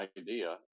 idea